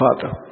Father